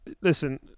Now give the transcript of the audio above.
Listen